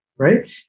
right